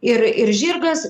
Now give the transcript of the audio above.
ir ir žirgas